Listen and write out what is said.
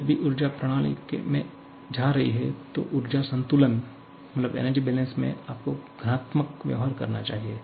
जब भी ऊर्जा प्रणाली में जा रही है तो ऊर्जा संतुलन में आपको घनात्मक व्यवहार करना चाहिए